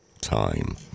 Time